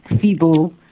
feeble